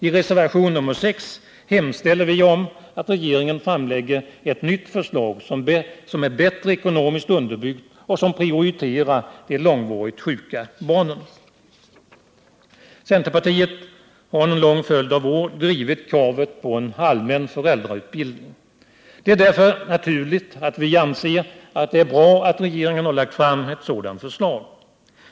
I reservation nr 6 hemställer vi att regeringen framlägger ett nytt förslag som är bättre ekonomiskt underbyggt och som prioriterar de långvarigt sjuka barnen. Centerpartiet har under en lång följd av år drivit kraven på en allmän föräldrautbildning. Därför är det naturligt att vi anser att det är bra att regeringen lagt fram ett sådant förslag.